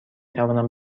توانم